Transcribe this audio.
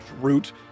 route